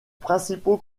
principaux